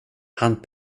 han